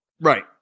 Right